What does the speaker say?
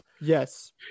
Yes